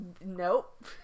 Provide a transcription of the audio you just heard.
Nope